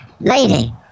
Lady